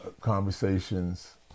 conversations